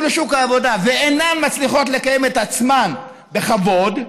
לשוק העבודה ואינן מצליחות לקיים את עצמן בכבוד,